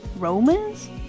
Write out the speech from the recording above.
Romans